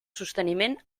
sosteniment